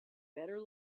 better